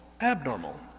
abnormal